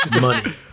money